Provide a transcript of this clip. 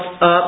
up